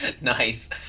Nice